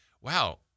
wow